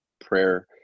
prayer